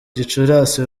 gicurasi